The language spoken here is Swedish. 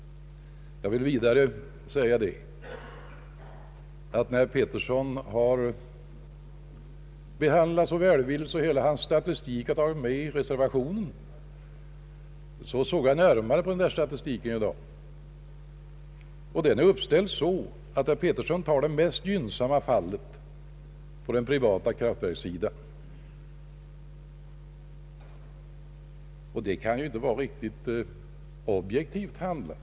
Jag vill vidare anföra att herr Petterssons motion har behandlats välvilligt så till vida att hela hans statistik har tagits in som bilaga till reservationen. Jag har inte sett närmare på denna statistik förrän i dag. Den är uppställd så att herr Pettersson redovisat det mest gynnsamma fallet på den privata kraftverkssidan, och detta kan inte vara riktigt objektivt handlat.